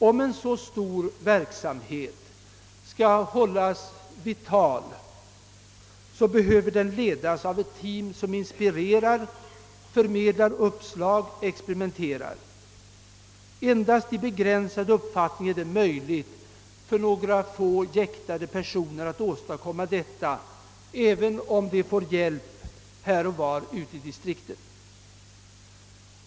Om en så omfattande verksamhet skall kunna hållas vital, måste den ledas av ett team som inspirerar, förmedlar uppslag och experimenterar. Endast i begränsad utsträckning är det möjligt för några få jäktade personer att åstadkomma detta, även om de får hjälp här och var ute i distrikten.